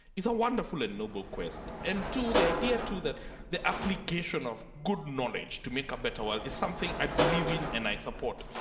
is a wonderful and noble quest. and too, the idea too that the application of good knowledge to make a better world is something i believe in and i support.